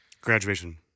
Graduation